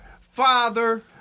father